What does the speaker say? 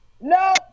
No